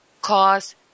cause